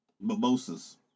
mimosas